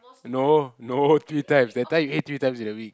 no no three times that time you ate three times in a week